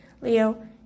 Leo